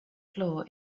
floor